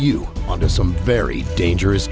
to some very dangerous